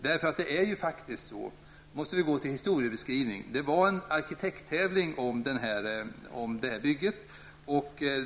Det är faktiskt så -- nu måste jag gå till historiebeskrivningen -- att det var en arkitekttävling om det här bygget.